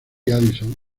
edison